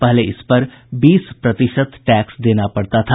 पहले इस पर बीस प्रतिशत टैक्स देना पड़ता था